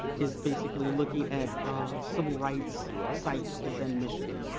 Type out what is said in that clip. is basically looking at civil rights sites within michigan.